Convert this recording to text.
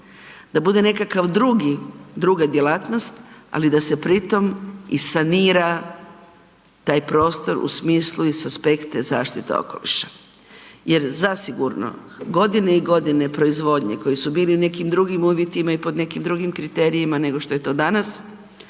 da bude nekakva druga djelatnost ali da se pritom i sanira taj prostor u smislu i sa aspekta zaštite okoliša jer zasigurno godine i godine proizvodnje koji su bili u nekim drugim uvjetima i pod nekim drugim kriterijima nego što je to danas